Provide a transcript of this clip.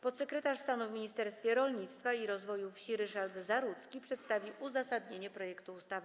Podsekretarz stanu w Ministerstwie Rolnictwa i Rozwoju Wsi Ryszard Zarudzki przedstawi uzasadnienie projektu ustawy.